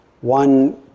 one